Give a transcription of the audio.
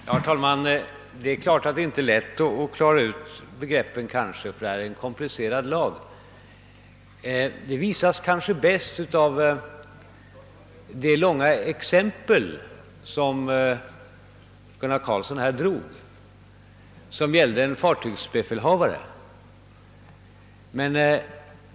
Herr talman! Det är naturligt att det inte är lätt att klara ut begreppen eftersom det här gäller en komplicerad fråga, vilket kanske bäst framgår av det långa exempel som herr Carlsson i Göteborg anförde om en fartygsbefälhavares olycka.